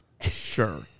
sure